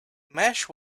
mesh